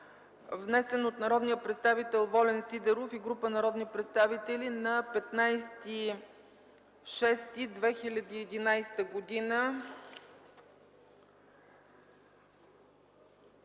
внесен от народния представител Волен Сидеров и група народни представители на 15.06.2011 г.